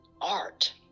art